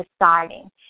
deciding